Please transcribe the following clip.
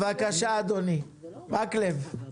בבקשה, חבר הכנסת מקלב.